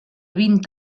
vint